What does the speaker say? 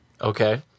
Okay